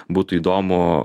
būtų įdomu